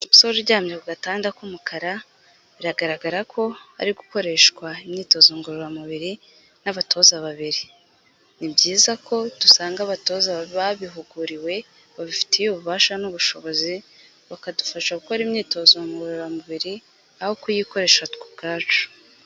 Umusore uryamye ku gatanda k'umukara, biragaragara ko ari gukoreshwa imyitozo ngororamubiri n'abatoza babiri, ni byiza ko dusanga abatoza babihuguriwe babifitiye ububasha n'ubushobozi, bakadufasha gukora imyitozo ngororamubiri aho kuyikoresha twe ubwacu.